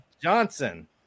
johnson